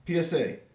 PSA